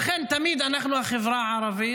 לכן, אנחנו, החברה הערבית,